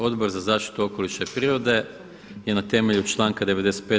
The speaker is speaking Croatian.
Odbor za zaštitu okoliša i prirode je na temelju članka 95.